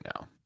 now